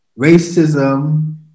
racism